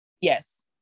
yes